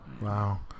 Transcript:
Wow